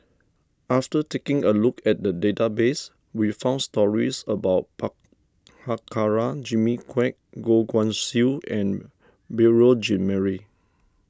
after taking a look at the database we found stories about par Prabhakara Jimmy Quek Goh Guan Siew and Beurel Jean Marie